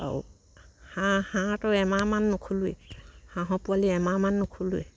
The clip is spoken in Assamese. আৰু হাঁহ হাঁহটো এমাহমান নুখোলোৱেই হাঁহৰ পোৱালি এমাহমান নুখোলোৱেই